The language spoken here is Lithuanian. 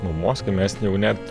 mamos kai mes jau net